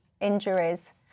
injuries